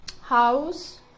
house